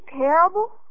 terrible